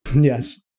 Yes